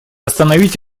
остановить